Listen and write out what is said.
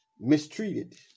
Mistreated